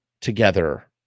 together